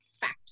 fact